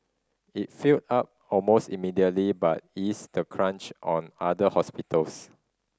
it filled up almost immediately but eased the crunch on other hospitals